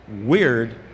weird